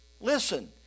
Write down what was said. Listen